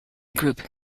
group